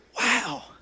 Wow